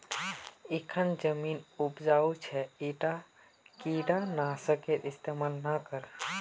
इखन जमीन उपजाऊ छ ईटात कीट नाशकेर इस्तमाल ना कर